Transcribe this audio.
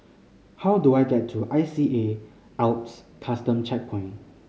how do I get to I C A Alps Custom Checkpoint